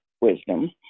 wisdom